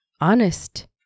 honest